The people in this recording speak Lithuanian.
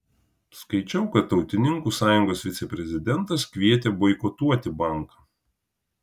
skaičiau kad tautininkų sąjungos viceprezidentas kvietė boikotuoti banką